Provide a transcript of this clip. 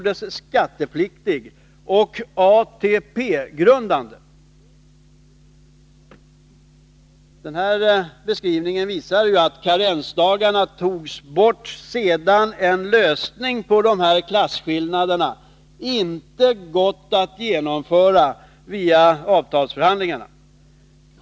Den här beskrivningen visar att karensdagarna togs bort sedan en lösning av problemet med dessa klasskillnader inte gått att nå avtalsvägen.